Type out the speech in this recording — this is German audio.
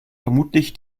vermutlich